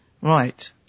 Right